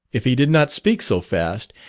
if he did not speak so fast,